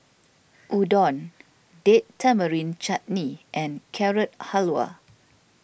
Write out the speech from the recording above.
Udon Date Tamarind Chutney and Carrot Halwa